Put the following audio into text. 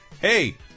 hey